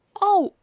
oh!